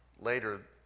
Later